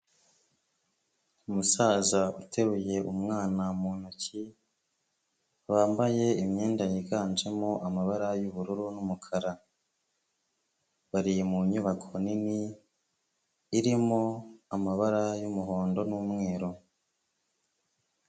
Umusaza uteruye umwana mu ntoki, wambaye imyenda yiganjemo amabara y'ubururu n'umukara, bari mu nyubako nini, irimo amabara y'umuhondo n'umweru.